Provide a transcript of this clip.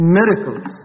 miracles